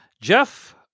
Jeff